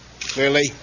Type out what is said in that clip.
clearly